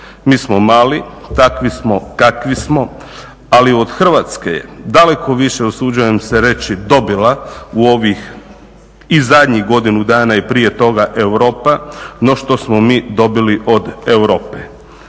Mi smo mali, takvi smo kakvi smo, ali od Hrvatske je daleko više usuđujem se reći dobila u ovih i zadnjih godinu dana i prije toga Europa no što smo mi dobili od Europe.